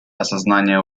осознания